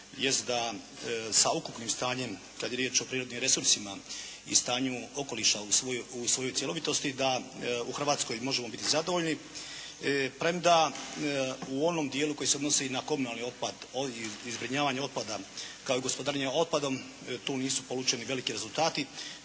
jest da sa ukupnim stanjem kada je riječ o prirodnim resursima i stanju okoliša u svojoj cjelovitosti, da u Hrvatskoj možemo biti zadovoljni, premda u onom dijelu koji se odnosno na komunalni otpad i zbrinjavanju otpada, kao i gospodarenja otpadom, tu nisu polučeni veliki rezultati.